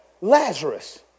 Lazarus